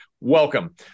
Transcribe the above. Welcome